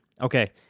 okay